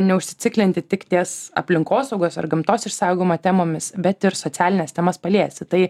neužsiciklinti tik ties aplinkosaugos ar gamtos išsaugojimo temomis bet ir socialines temas paliesti tai